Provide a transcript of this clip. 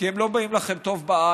כי הם לא באים לכם טוב בעין.